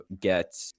get